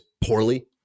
poorly